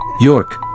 York